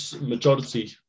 majority